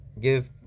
give